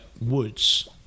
Woods